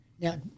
Now